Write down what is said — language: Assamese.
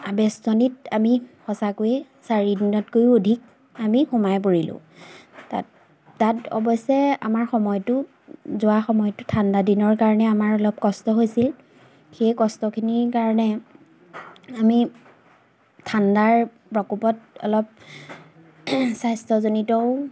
আৱেষ্টনীত আমি সঁচাকৈয়ে চাৰিদিনতকৈও অধিক আমি সোমাই পৰিলোঁ তাত তাত অৱশ্যে আমাৰ সময়টো যোৱা সময়টো ঠাণ্ডা দিনৰ কাৰণে আমাৰ অলপ কষ্ট হৈছিল সেই কষ্টখিনিৰ কাৰণে আমি ঠাণ্ডাৰ প্ৰকোপত অলপ স্বাস্থ্যজনিতও